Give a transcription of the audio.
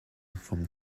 from